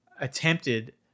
attempted